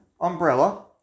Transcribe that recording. umbrella